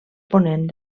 ponent